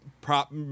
prop